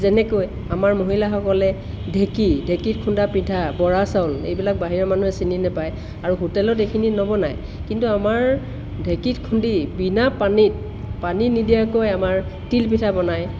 যেনেকৈ আমাৰ মহিলাসকলে ঢেঁকী ঢেঁকীত খুন্দা পিঠা বৰা চাউল এইবিলাক বাহিৰৰ মানুহে চিনি নাপায় আৰু হোটেলত এইখিনি নবনায় কিন্তু আমাৰ ঢেঁকীত খুন্দি বিনা পানীত পানী নিদিয়াকৈ আমাৰ তিলপিঠা বনায়